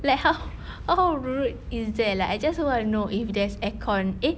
like how how rude is that like I just want to know if there's aircon eh